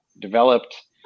developed